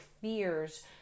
fears